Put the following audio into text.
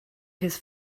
his